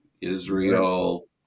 israel